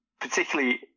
particularly